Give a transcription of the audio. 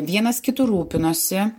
vienas kitu rūpinosi